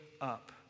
up